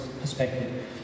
perspective